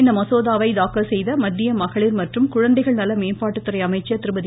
இம்மசோதாவை தாக்கல் செய்த மத்திய மகளிர் மற்றும் குழந்தைகள் நல மேம்பாட்டுத்துறை அமைச்சர் திருமதி